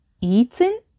eating